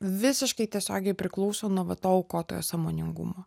visiškai tiesiogiai priklauso nuo va to aukotojo sąmoningumo